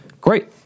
great